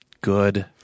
Good